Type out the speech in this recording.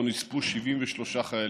שבו נספו 73 חיילים.